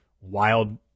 wild